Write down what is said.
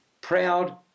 proud